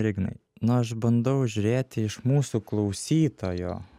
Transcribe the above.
ignai na aš bandau žiūrėti iš mūsų klausytojo